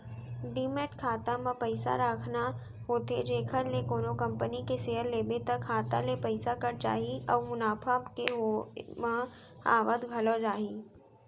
demat खाता म पइसा राखना होथे जेखर ले कोनो कंपनी के सेयर लेबे त खाता ले पइसा कट जाही अउ मुनाफा के होय म आवत घलौ जाही